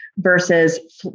versus